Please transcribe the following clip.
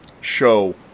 show